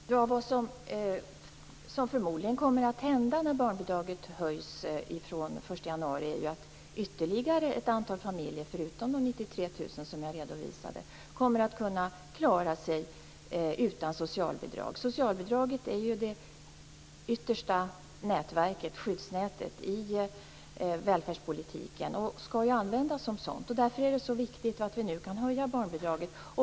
Herr talman! Vad som förmodligen kommer att hända när barnbidraget höjs från den 1 januari är att förutom de 93 000 familjer som jag hänvisade till ytterligare ett antal barnfamiljer kommer att kunna klara sig utan socialbidrag. Socialbidraget är ju det yttersta skyddsnätet i välfärdspolitiken och skall användas som ett sådant. Det är därför viktigt att vi nu kan höja barnbidraget.